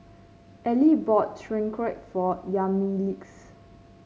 Elie bought Sauerkraut for Yamilex